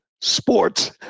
sports